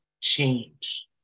change